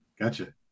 gotcha